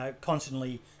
constantly